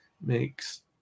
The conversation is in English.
makes